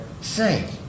Say